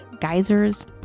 geysers